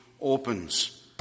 opens